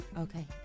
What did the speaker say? okay